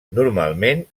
normalment